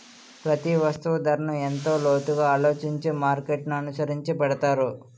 ప్రతి వస్తువు ధరను ఎంతో లోతుగా ఆలోచించి మార్కెట్ననుసరించి పెడతారు